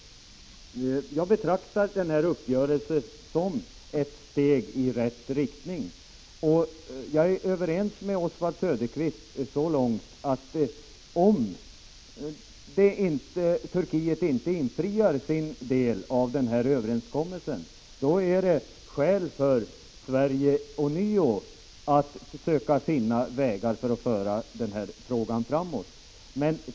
Jag betraktar den här uppgörelsen som ett steg i rätt riktning. Jag är överens med Oswald Söderqvist så långt att om Turkiet inte infriar sin del av denna överenskommelse, finns det skäl för Sverige att ånyo söka finna vägar för att föra frågan framåt.